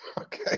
Okay